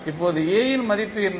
இப்போது A இன் மதிப்பு என்ன